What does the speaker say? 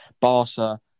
Barca